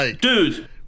Dude